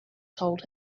told